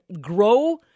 grow